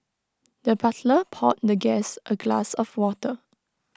the butler poured the guest A glass of water